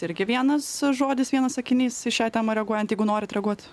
irgi vienas žodis vienas sakinys į šią temą reaguojant jeigu norit reaguot